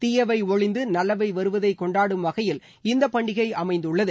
தீயவை ஒழிந்து நல்லவை வருவதை கொண்டாடும் வகையில் இந்த பண்டிகை அமைந்துள்ளது